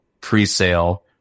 pre-sale